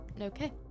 okay